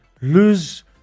Lose